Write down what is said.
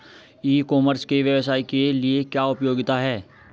ई commerce के व्यवसाय के लिए क्या उपयोगिता है?